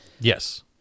Yes